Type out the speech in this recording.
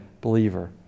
believer